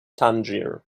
tangier